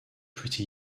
pretty